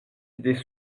idées